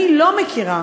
אני לא מכירה,